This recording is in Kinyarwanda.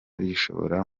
bishora